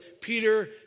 Peter